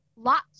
lots